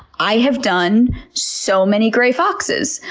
i have done so many gray foxes,